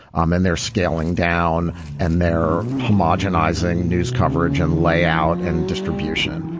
um and they're scaling down and they're homogenizing news coverage and layout and distribution.